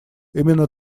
именно